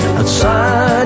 outside